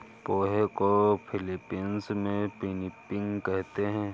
पोहे को फ़िलीपीन्स में पिनीपिग कहते हैं